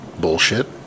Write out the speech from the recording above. Bullshit